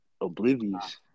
oblivious